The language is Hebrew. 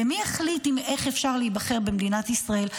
ומי יחליט איך אפשר להיבחר במדינת ישראל?